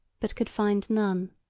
but could find none.